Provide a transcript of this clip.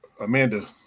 Amanda